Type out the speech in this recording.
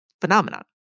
phenomenon